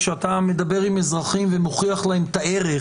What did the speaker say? כשאתה מדבר עם אזרחים ומוכיח להם את הערך,